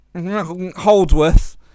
Holdsworth